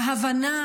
ההבנה